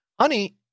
Honey